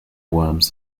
worms